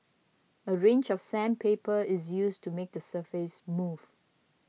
a range of sandpaper is used to make the surface smooth